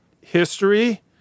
history